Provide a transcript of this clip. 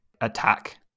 attack